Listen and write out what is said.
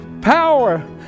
power